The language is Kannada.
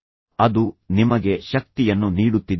ಈಗ ನಿಮ್ಮ ಸುತ್ತಲಿನ ಜನರನ್ನು ಸಶಕ್ತಗೊಳಿಸಲು ಈ ಶಕ್ತಿಯನ್ನು ಬಳಸಿ